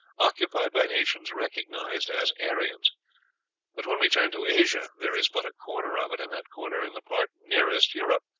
occupied by nations recognized as aryan but when we turn to asia, there is but a corner of it, and that corner in the part nearest europe,